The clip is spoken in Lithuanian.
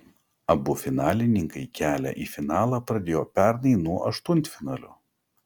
abu finalininkai kelią į finalą pradėjo pernai nuo aštuntfinalio